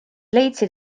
leidsid